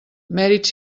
mèrits